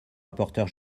rapporteur